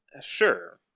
Sure